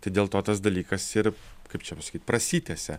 tai dėl to tas dalykas ir kaip čia pasakyt prasitęsė